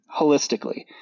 holistically